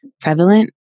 prevalent